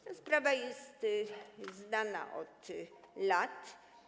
Ta sprawa jest znana od lat.